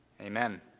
Amen